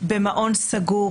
במעון סגור.